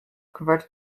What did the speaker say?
converted